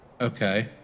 Okay